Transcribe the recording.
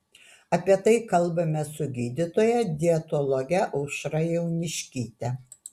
apie tai kalbamės su gydytoja dietologe aušra jauniškyte